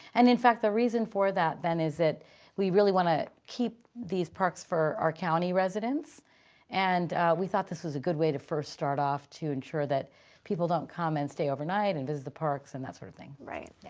and in fact, the reason for that then is that we really want to keep these parks for our county residents and we thought this was a good way to first start off to ensure that people don't come and stay overnight and visit the parks and that sort of thing. right.